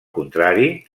contrari